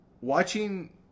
watching